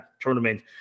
tournament